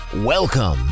Welcome